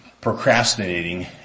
procrastinating